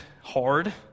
hard